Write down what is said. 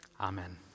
Amen